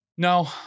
no